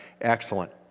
excellent